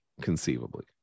conceivably